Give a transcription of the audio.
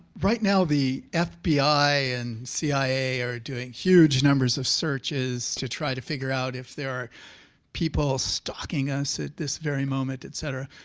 right now, the fbi and cia are doing huge numbers of searches to try to figure out if there are people stalking us at this very moment, et cetera.